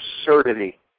absurdity